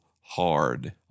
hard